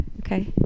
Okay